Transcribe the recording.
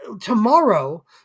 Tomorrow